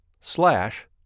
slash